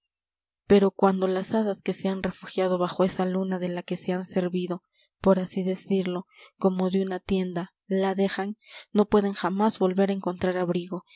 pero cuando las hadas que se han refugiado bajo esa luna de la que se han servido por así decirlo como de una tienda la dejan no pueden jamás volver a encontrar abrigo